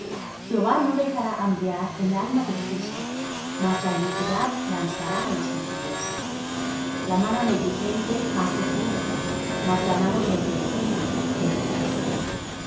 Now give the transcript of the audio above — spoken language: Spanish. jehová no dejará hambrear el alma del justo mas la iniquidad lanzará á los impíos la mano negligente hace pobre mas la mano de los diligentes enriquece